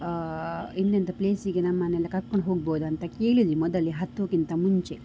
ಇಂತಿಂಥ ಪ್ಲೇಸಿಗೆ ನಮ್ಮನ್ನೆಲ್ಲ ಕರ್ಕೊಂಡು ಹೋಗ್ಬೌದಾ ಅಂತ ಕೇಳಿದ್ವಿ ಮೊದಲೇ ಹತ್ತೋಕ್ಕಿಂತ ಮುಂಚೆ